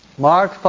Mark